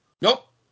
Nope